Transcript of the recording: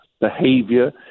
behavior